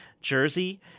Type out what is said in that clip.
Jersey